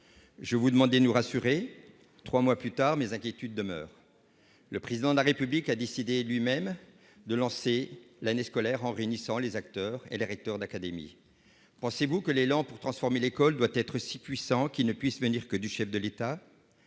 Je vous demandais de nous rassurer ; trois mois plus tard, mes inquiétudes demeurent. Le Président de la République a décidé de lancer lui-même l'année scolaire en réunissant les recteurs d'académie. Pensez-vous que l'élan pour transformer l'école doit être si puissant qu'il ne puisse venir que du chef de l'État ?